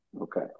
Okay